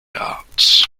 arts